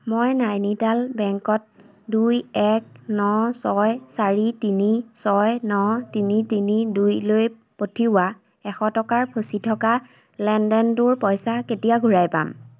মই নাইনিটাল বেংকত দুই এক ন ছয় চাৰি তিনি ছয় ন তিনি তিনি দুইলৈ পঠিওৱা এশ টকাৰ ফচিথকা লেনদেনটোৰ পইচা কেতিয়া ঘূৰাই পাম